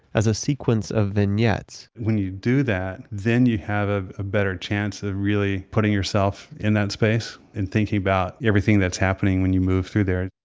as a sequence of vignettes when you do that, then you have ah a better chance of really putting yourself in that space, and thinking about everything that's happening when you moved through there.